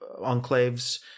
enclaves